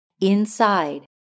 inside